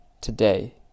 Today